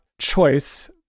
choice